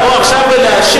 לבוא עכשיו ולהאשים,